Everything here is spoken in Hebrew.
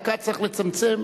דקה, צריך לצמצם.